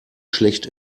schlecht